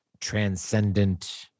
Transcendent